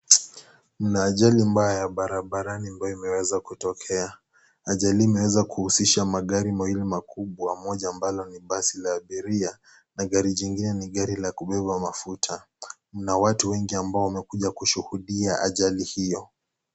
Mna ajali mbaya barabarani ambayo imeweza kutokea, ajali imeeza kuhusisha magari mawili makubwa moja ambalo ni basi la abirira na gari jingine ni la kubeba mafuta. Mna watu wengi ambao wamekuja kushuhudia ajalj hiyo.